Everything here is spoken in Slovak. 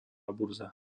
burza